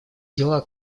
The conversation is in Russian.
дела